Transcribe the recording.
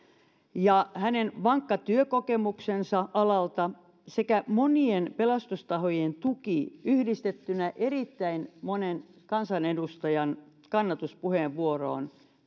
hänen vankka työkokemuksensa alalta sekä monien pelastustahojen tuki yhdistettynä erittäin monen kansanedustajan kannatuspuheenvuoroon